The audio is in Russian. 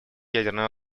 ядерного